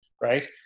Right